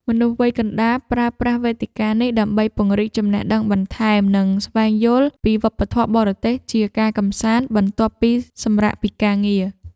មនុស្សក្នុងវ័យកណ្ដាល ប្រើប្រាស់វេទិកានេះដើម្បីពង្រីកចំណេះដឹងបន្ថែម និងស្វែងយល់ពីវប្បធម៌បរទេសជាការកម្សាន្តបន្ទាប់ពីសម្រាកពីការងារ។